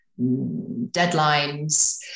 deadlines